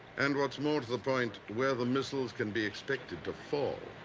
and what's more to the point, where the missiles can be expected to fall.